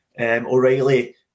O'Reilly